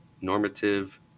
normative